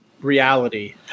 reality